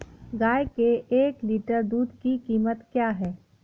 गाय के एक लीटर दूध की कीमत क्या है?